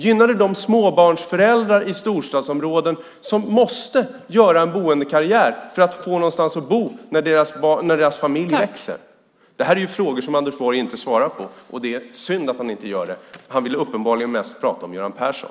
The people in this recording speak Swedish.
Gynnar det de småbarnsföräldrar i storstadsområdena som måste göra en boendekarriär för att få någonstans att bo när deras familj växer? Detta är frågor som Anders Borg inte svarar på. Det är synd att han inte gör det. Han vill uppenbarligen mest prata om Göran Persson.